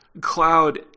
Cloud